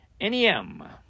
NEM